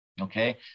okay